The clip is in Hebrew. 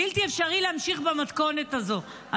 בלתי אפשרי להמשיך במתכונת הזו,